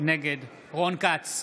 נגד רון כץ,